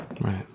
right